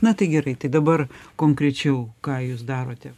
na tai gerai tai dabar konkrečiau ką jūs darote